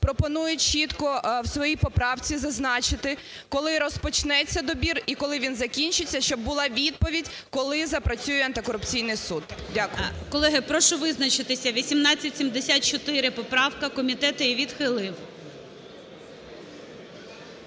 пропонує чітко в своїй поправці зазначити, коли розпочнеться добір і коли він закінчиться, щоб була відповідь, коли запрацює антикорупційний суд. Дякую. ГОЛОВУЮЧИЙ. Колеги, прошу визначитися 1874 поправка, комітет її відхилив.